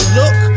look